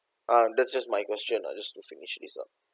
ah that's just my question lah just to finish this up